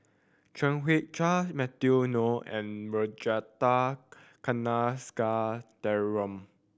Chan Heng Chee Matthew Ngui and Ragunathar Kanagasuntheram